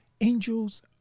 Angels